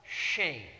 shame